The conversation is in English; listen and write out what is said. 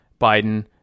Biden